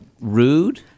rude